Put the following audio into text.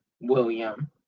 William